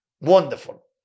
Wonderful